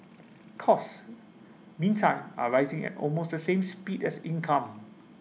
costs meantime are rising at almost the same speed as income